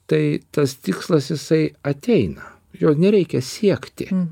tai tas tikslas jisai ateina jo nereikia siekti